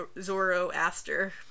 Zoroaster